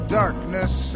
darkness